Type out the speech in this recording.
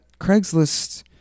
Craigslist